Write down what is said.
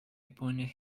appointed